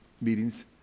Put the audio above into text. meetings